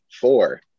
four